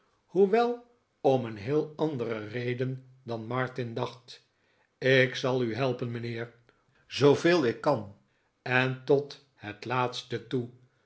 hoewel om een heel andere reden dan martin dacht ik zal u helpen mijnheer zooveel ik kan en tot het laatste toe